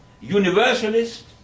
universalist